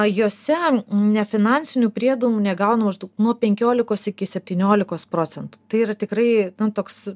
jose nefinansinių priedų negauna maždaug nuo penkiolikos iki septyniolikos procentų tai yra tikrai na toks